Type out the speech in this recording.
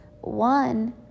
One